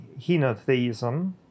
henotheism